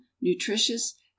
nutritious